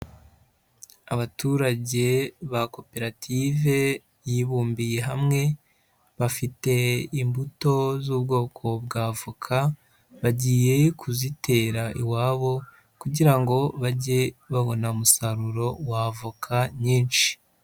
Abaturage ba koperative yibumbiye hamwe, bafite imbuto z'ubwoko bw'avoka, bagiye kuzitera iwabo kugira ngo bajye babona umusaruro w'avoka nyinshi.